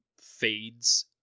fades